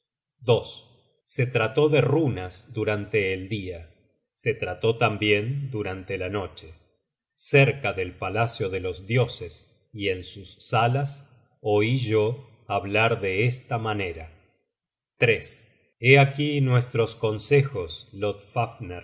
escuchándolos se trató de runas durante el dia se trató tambien durante la noche cerca del palacio de los dioses y en sus salas oí yo hablar de esta manera la poesía